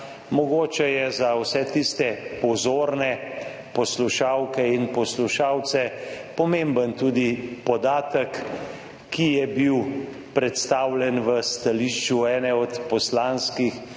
Mogoče je za vse tiste pozorne poslušalke in poslušalce pomemben tudi podatek, ki je bil predstavljen v stališču ene od poslanskih